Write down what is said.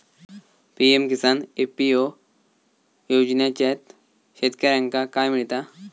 PM Kisan FPO योजनाच्यात शेतकऱ्यांका काय मिळता?